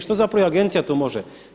Što zapravo i agencija tu može?